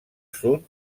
sud